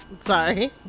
Sorry